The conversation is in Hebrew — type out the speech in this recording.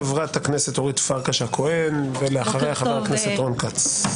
חברת הכנסת אורית פרקש הכהן ואחריה חבר הכנסת רון כץ.